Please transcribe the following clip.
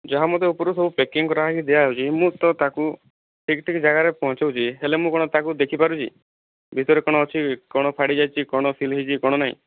ଯାହା ମୋତେ ଉପରୁ ସବୁ ପ୍ୟାକିଂ କରା ହୋଇକି ଦିଆହେଉଛି ମୁଁ ତ ତାକୁ ଠିକ୍ ଠିକ୍ ଜାଗାରେ ପହଁଞ୍ଚାଉଛି ହେଲେ କଣ ମୁଁ ତାକୁ ଦେଖି ପାରୁଛି ଭିତରେ କଣ ଅଛି କଣ ପଡ଼ି ଯାଇଛି କଣ ସୀଲ୍ ହୋଇଛି କଣ ନାହିଁ